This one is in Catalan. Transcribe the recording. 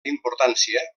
importància